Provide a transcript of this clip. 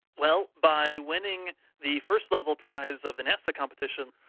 well by winning the first level prize of the nasa competition